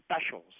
specials